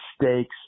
mistakes